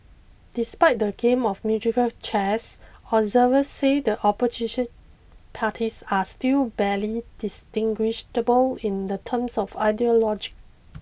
despite the game of musical chairs observers say the opposition parties are still barely distinguishable in the terms of ideology